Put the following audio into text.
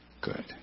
good